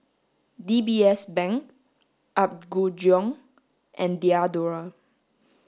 D B S Bank Apgujeong and Diadora